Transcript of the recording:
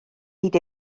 hyd